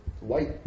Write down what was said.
white